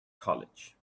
college